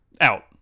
Out